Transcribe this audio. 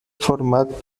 format